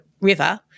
river